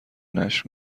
نشر